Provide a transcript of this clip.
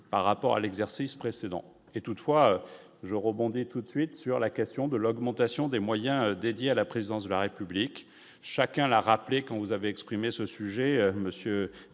par rapport à l'exercice précédent, est toutefois je rebondis tout de suite sur la question de l'augmentation des moyens dédiés à la présidence de la République, chacun l'a rappelé quand vous avez exprimé ce sujet Monsieur